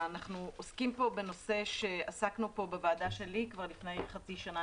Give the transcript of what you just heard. אנחנו עוסקים פה בנושא שעסקנו בו בוועדה שלי כבר לפני חצי שנה.